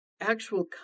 actual